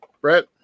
Brett